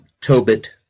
Tobit